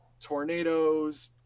tornadoes